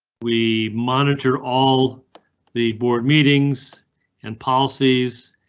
we monitor all the board meetings and policies.